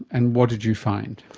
and what did you find?